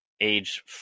age